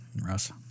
Russ